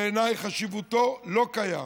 בעיניי, חשיבותו, לא קיים.